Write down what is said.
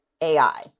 AI